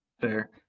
Fair